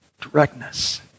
directness